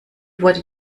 wurde